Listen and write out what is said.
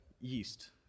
yeast